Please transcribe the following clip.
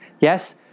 Yes